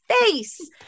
face